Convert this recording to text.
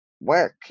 work